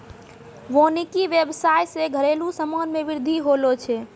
वानिकी व्याबसाय से घरेलु समान मे बृद्धि होलो छै